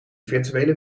virtuele